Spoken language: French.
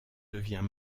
devient